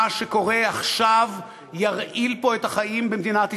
מה שקורה עכשיו ירעיל את החיים במדינת ישראל,